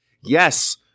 Yes